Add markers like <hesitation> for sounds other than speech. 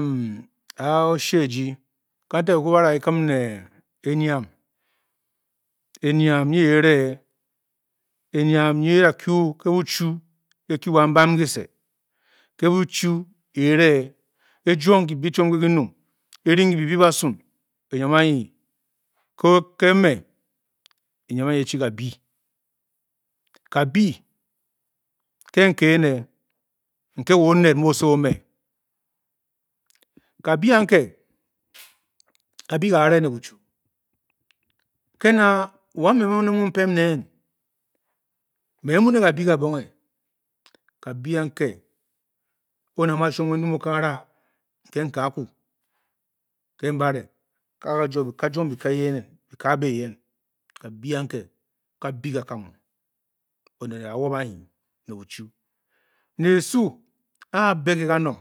<hesitation> a’ o-shee eyi kamtak nken baraa kikim ne’ enyam. enyam nyo ere ’ nyi eda’ ku bu chu ellu wa mbam kyise, ke ’bu chu erke ejwo kibe kabi ke nke ene nke wa onet mu osowo ome kabi nke, kabi kaa ve ne bushu kena wame num mu pêm me nmyne kabi kabonge kabi nke e onet a mu a chwop ke ndum okagara nke kaa aku ke nbare kajuo bika eyen ke abe ka kamo onet a was anyi, ne buchy ne esu a keka abe ke kanong